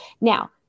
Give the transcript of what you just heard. Now